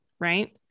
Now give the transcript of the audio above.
right